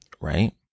Right